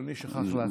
אדוני שכח להפעיל לי?